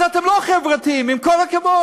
אז אתם לא חברתיים, עם כל הכבוד.